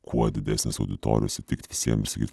kuo didesnės auditorijos įtikt visiems ir